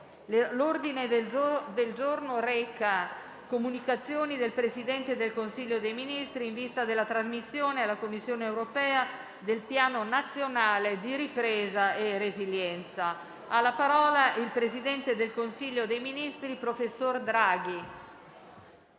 L'ordine del giorno reca: «Comunicazioni del Presidente del Consiglio dei ministri in vista della trasmissione alla Commissione europea del Piano nazionale di ripresa e resilienza». Ha facoltà di parlare il presidente del Consiglio dei ministri, professor Draghi.